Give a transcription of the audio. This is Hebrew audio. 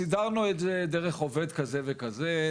סידרנו את זה דרך עובד כזה וכזה,